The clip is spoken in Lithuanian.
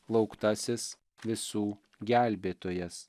lauktasis visų gelbėtojas